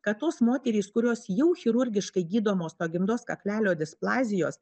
kad tos moterys kurios jau chirurgiškai gydomos to gimdos kaklelio displazijos